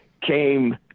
came